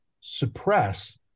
suppress